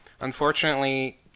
unfortunately